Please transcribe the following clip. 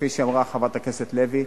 וכפי שאמרה חברת הכנסת לוי,